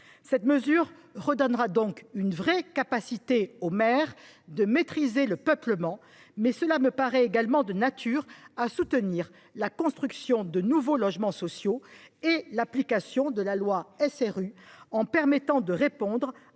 Cette mesure redonnera au maire une réelle capacité de maîtrise du peuplement. Elle me paraît également de nature à soutenir la construction de nouveaux logements sociaux et l’application de la loi SRU en permettant de répondre